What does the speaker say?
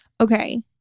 okay